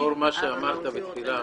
לאור מה שאמרת בתחילה,